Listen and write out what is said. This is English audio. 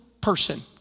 person